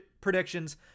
predictions